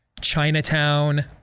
Chinatown